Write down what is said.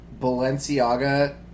Balenciaga